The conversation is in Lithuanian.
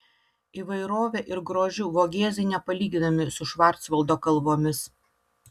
įvairove ir grožiu vogėzai nepalyginami su švarcvaldo kalvomis